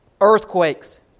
Earthquakes